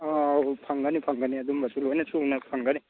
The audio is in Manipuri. ꯑꯥ ꯐꯪꯒꯅꯤ ꯐꯪꯒꯅꯤ ꯑꯗꯨꯝꯕꯁꯨ ꯂꯣꯏꯅ ꯁꯨꯅ ꯐꯪꯒꯅꯤ